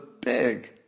big